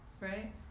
Right